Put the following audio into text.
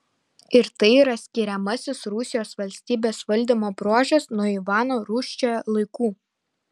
ir tai yra skiriamasis rusijos valstybės valdymo bruožas nuo ivano rūsčiojo laikų